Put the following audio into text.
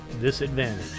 Disadvantage